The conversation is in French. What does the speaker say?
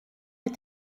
des